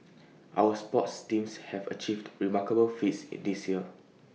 our sports teams have achieved remarkable feats IT this year